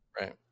Right